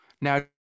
Now